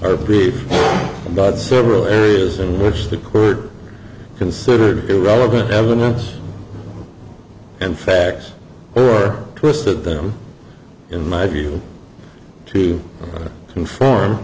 or brief several areas in which the kurds considered irrelevant evidence and facts or twisted them in my view to conform